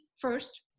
first